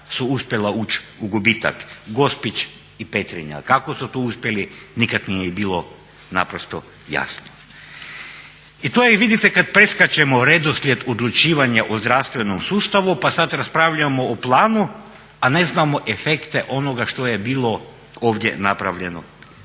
su uspjela ući u gubitak: Gospić i Petrinja. Kako su to uspjeli nikad nije bilo naprosto jasno. I to je vidite kad preskačemo redoslijed odlučivanja o zdravstvenom sustavu pa sad raspravljamo o planu, a ne znamo efekte onoga što je bilo ovdje napravljeno.